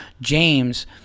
James